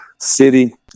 city